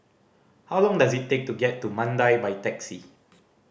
how long does it take to get to Mandai by taxi